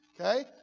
Okay